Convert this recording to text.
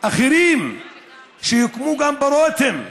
אחרים שהוקמו, גם ברותם,